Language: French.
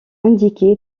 indiquée